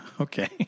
Okay